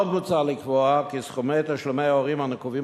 עוד מוצע לקבוע כי סכומי תשלומי ההורים הנקובים